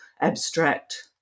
abstract